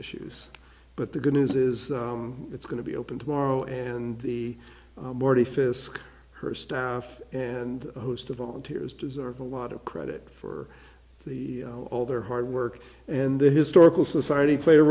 issues but the good news is it's going to be open tomorrow and the marty fisk her staff and a host of volunteers deserve a lot of credit for the all their hard work and the historical society play